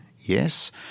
Yes